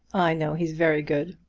i know he's very good.